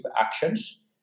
actions